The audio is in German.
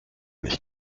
nicht